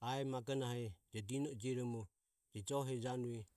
ahi magona je dino eh jiromo je joh hejanuo.